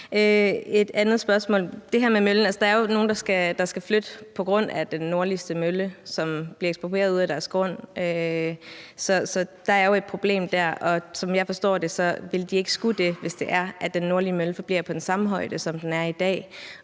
et andet spørgsmål. Der er jo nogle, der skal flytte på grund af den nordligste mølle, og som får deres grund eksproprieret. Så der er jo et problem der. Som jeg forstår det, ville de ikke skulle det, hvis det er, at den nordlige mølle forbliver i den samme højde, som den er i dag,